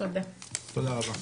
תודה רבה.